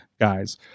guys